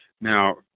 Now